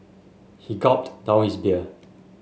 he gulped down his beer